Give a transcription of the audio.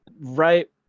right